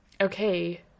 okay